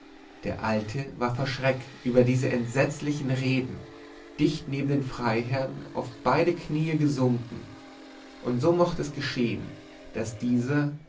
der alte war vor schreck über diese entsetzlichen reden dicht neben dem freiherrn auf beide knie gesunken und so mochte es geschehen daß dieser